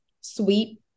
sweet